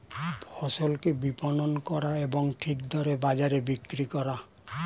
ফসলকে বিপণন করা এবং ঠিক দরে বাজারে বিক্রি করা